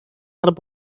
little